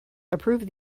approved